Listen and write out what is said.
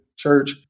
church